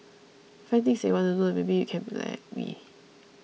find things that you want to do and maybe you can be like me